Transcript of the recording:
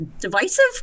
divisive